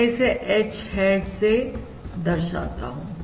मैं इसे H hat से दर्शाता हूं